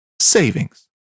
savings